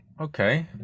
okay